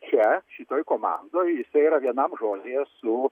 čia šitoj komandoj jisai yra vienam žodyje su